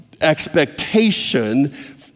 expectation